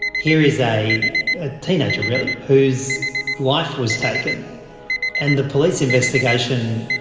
here is a ah teenager really whose life was taken and the police investigation,